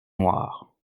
noirs